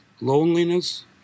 loneliness